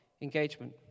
engagement